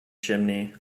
chimney